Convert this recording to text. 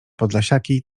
podlasiaki